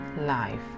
life